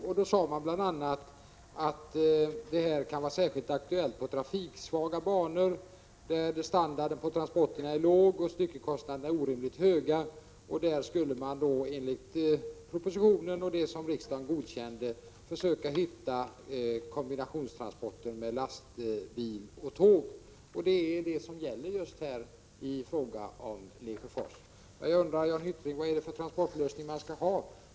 Det framhölls bl.a. att detta kan vara särskilt aktuellt för trafiksvaga banor där transportstandarden är låg och styckekostnaderna orimligt höga. I sådana fall skulle man enligt vad som framhölls i propositionen och som godkändes av riksdagen försöka få till stånd kombinationstransporter med lastbil och tåg. Det är också vad som gäller just beträffande Lesjöfors. Jag undrar, Jan Hyttring, vilken transportlösning man skall ha.